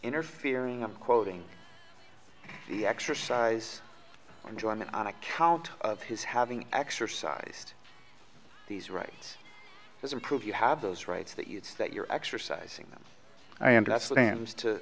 interfering i'm quoting the exercise enjoyment on account of his having exercised these rights doesn't prove you have those rights that use that you're exercising them i